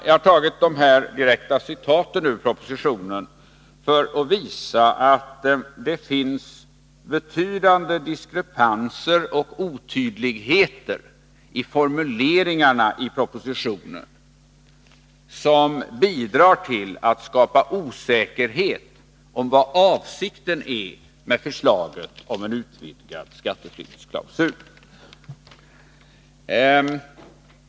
Jag har tagit dessa direkta citat ur propositionen för att visa att det finns betydande diskrepanser och otydligheter i formuleringarna i propositionen som bidrar till att skapa osäkerhet om vad avsikten är med förslaget om en utvidgad skatteflyktsklausul.